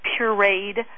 pureed